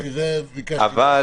אמרתי שביקשתי מהשר להתערב בזה.